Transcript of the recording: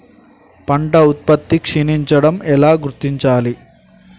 పంట ఉత్పత్తి క్షీణించడం ఎలా గుర్తించాలి?